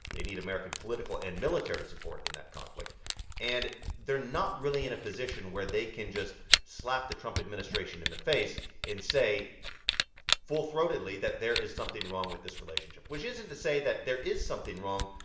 they need american political and military support in that conflict and they're not really in a position where they can just slap the trump administration in the face and say full-throatedly that there is something wrong with this relationship which isn't to say that there is something wrong.